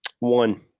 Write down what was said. One